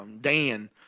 Dan